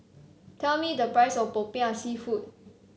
tell me the price of popiah seafood